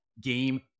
game